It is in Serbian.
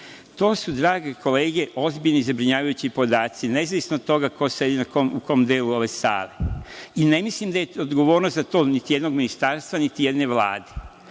To su, drage kolege, ozbiljni, zabrinjavajući podaci, nezavisno od toga ko sedi u kom delu ove sale. Ne mislim da je odgovornost za to niti jednog ministarstva, niti jedne vlade,